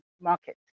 market